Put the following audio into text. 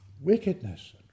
wickedness